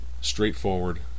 straightforward